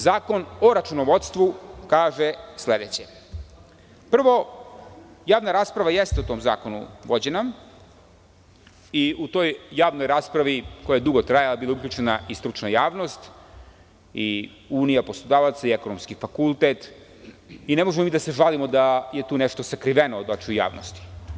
Zakon o računovodstvu kaže sledeće, javna rasprava jeste o tom zakonu vođena i u toj javnoj raspravi koja je dugo trajala, bila je uključena i stručna javnost, i Unija poslodavaca i Ekonomski fakultet i ne možemo da se žalimo da je tu nešto sakriveno od očiju javnosti.